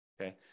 okay